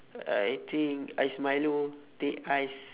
I think ice milo teh ice